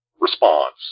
response